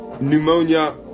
pneumonia